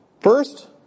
First